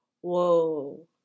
Whoa